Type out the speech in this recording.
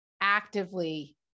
actively